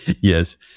Yes